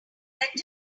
better